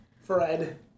Fred